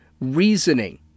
reasoning